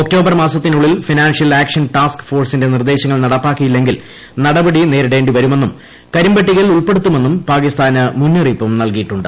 October മാസത്തിനുള്ളിൽ financial action task ഫോഴ്സിന്റെ നിർദേശങ്ങൾ നടപ്പാക്കിയില്ലെങ്കിൽ നടപടി നേരിടേണ്ടി വരുമെന്നും കരിമ്പട്ടികയിൽ ഉൾപ്പെടുത്തുമെന്നും പാകിസ്ഥാന് മുന്നറിയിപ്പും നല്കിയിട്ടുണ്ട്